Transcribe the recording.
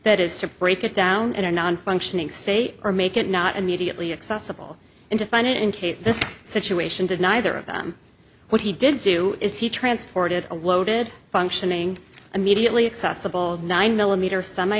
that is to break it down in a non functioning state or make it not immediately accessible and to find it in case this situation did neither of them what he did do is he transported a loaded functioning immediately accessible nine millimeter semi